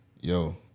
Yo